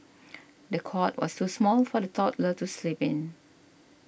the cot was too small for the toddler to sleep in